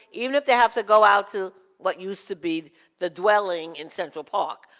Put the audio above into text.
even if they have to go out to what used to be the dwelling in central park,